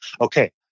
okay